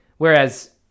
Whereas